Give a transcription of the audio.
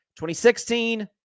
2016